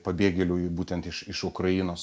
pabėgėlių būtent iš iš ukrainos